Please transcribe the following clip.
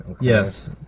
yes